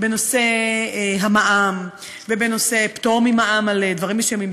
בנושא המע"מ ובנושא פטור ממע"מ על דברים מסוימים,